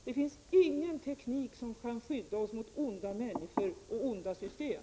Det finns ingen teknik som kan skydda oss mot onda människor och onda system.